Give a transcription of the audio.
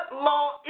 law